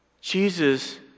Jesus